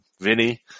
Vinny